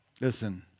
listen